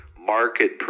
market